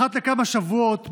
אחת לכמה שבועות,